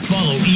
Follow